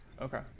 Okay